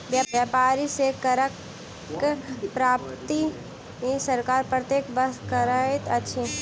व्यापारी सॅ करक प्राप्ति सरकार प्रत्येक वर्ष करैत अछि